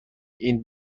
این